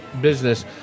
business